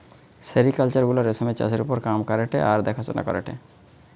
sericulture গুলা রেশমের চাষের ওপর কাম করেটে আর দেখাশোনা করেটে